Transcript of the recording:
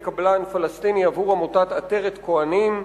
קבלן פלסטיני עבור עמותת "עטרת כוהנים",